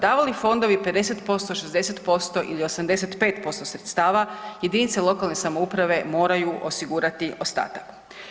Davali fondovi 50%, 60% ili 85% sredstva jedinice lokalne samouprave moraju osigurati ostatak.